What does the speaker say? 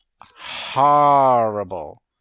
horrible